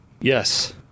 Yes